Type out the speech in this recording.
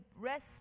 rest